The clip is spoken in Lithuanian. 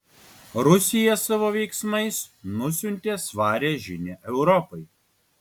rusija savo veiksmais nusiuntė svarią žinią europai